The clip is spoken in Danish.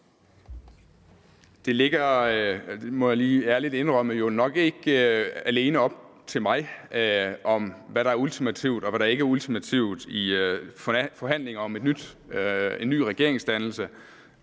det jo nok ikke alene er op til mig, hvad der er ultimativt, og hvad der ikke er ultimativt i forhandlingerne om en ny regeringsdannelse.